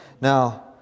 now